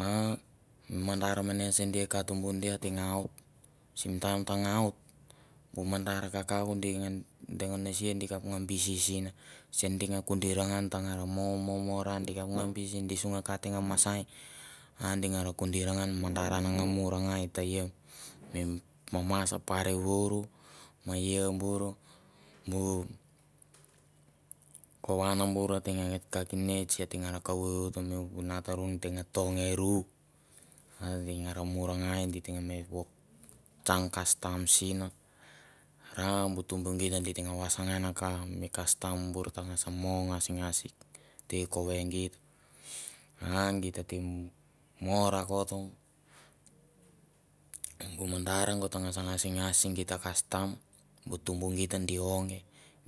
A mi mandar mane senia i katubu dia a teng aut. Simm taim tanga aut bu mandar kakauk di nga deng nasia di kap nga bisi sen. Sen di nga kuder ngan ta nga ra mo mo ra di kap nga bisi. di su nga ka ateng nga masai a ding ra kunder ngan an mi mandar an angan murangai ta ia mi mamas sa parivur ma ia bur bu kovan bur ateng nga kakinets ateng ra kavu ut a mi vunatarun te te nga to nge ru. a teng ra morangai geit teng me wok tsang kastam sena. ra bu tumbu geit, geit teng vasangan nge ka mi kastam bur ta ngas mo ngasingas te i kove geit. A geita tete mo rakot. bu mandar go ta ngas ngasingas se gita. Kasam bu tumbu geit gi ong